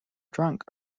drunk